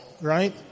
right